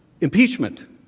impeachment